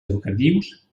educatius